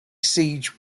siege